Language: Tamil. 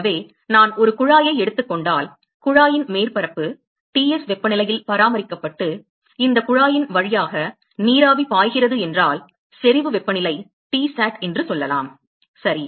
எனவே நான் ஒரு குழாயை எடுத்துக் கொண்டால் குழாயின் மேற்பரப்பு Ts வெப்பநிலையில் பராமரிக்கப்பட்டு இந்த குழாயின் வழியாக நீராவி பாய்கிறது என்றால் செறிவு வெப்பநிலை Tsat என்று சொல்லலாம் சரி